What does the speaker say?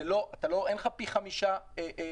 אין לך פי 5 נציגים,